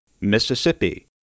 Mississippi